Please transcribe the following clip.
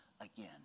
again